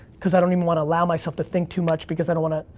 cause i don't even wanna allow myself to think too much, because i don't wanna,